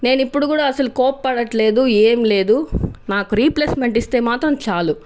నేను ఇప్పుడు కూడా అస్సలు కోప్పడట్లేదు ఏమి లేదు నాకు రీప్లేస్మెంట్ ఇస్తే మాత్రం చాలు